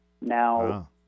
Now